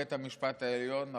בית המשפט העליון,